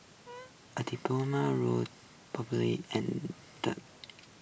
A diploma row probably and